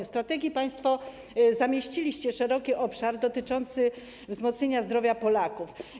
W strategii państwo uwzględniliście szeroki obszar dotyczący wzmocnienia zdrowia Polaków.